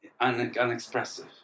...unexpressive